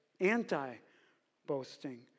anti-boasting